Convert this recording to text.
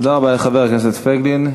תודה רבה לחבר הכנסת פייגלין.